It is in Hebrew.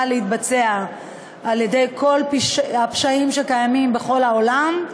להתבצע ביחס לכל הפשעים שקיימים בכל העולם,